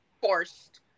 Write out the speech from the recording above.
forced